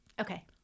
Okay